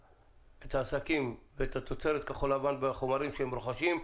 העסקים ואת תוצרת כחול לבן והחומרים שהם רוכשים.